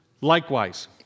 likewise